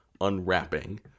unwrapping